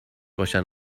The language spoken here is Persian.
باشن